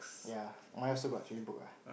ya mine also got training book ah